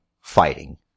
fighting